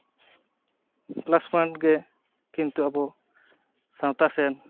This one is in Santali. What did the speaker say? ᱯᱞᱟᱥ ᱯᱚᱭᱮᱱᱴ ᱜᱮ ᱠᱤᱱᱛᱩ ᱟᱵᱚ ᱥᱟᱶᱛᱟ ᱥᱮᱱ